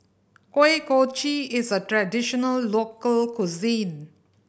Kuih Kochi is a traditional local cuisine